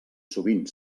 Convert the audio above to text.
sovint